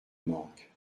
manque